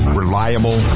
reliable